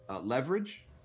Leverage